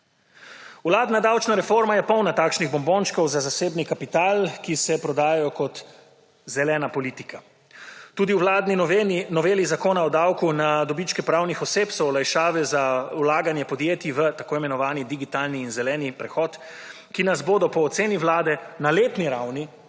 Vladna davčna reforma je polna takšnih bombončkov za zasebni kapital, ki se prodajajo kot zelena politika. Tudi v vladni noveli Zakona o davku na dobičke pravnih oseb so olajšave za vlaganje podjetij v tako imenovani digitalni in zeleni prehod, ki nas bodo po oceni Vlade na letni ravni